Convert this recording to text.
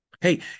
Hey